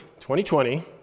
2020